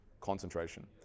concentration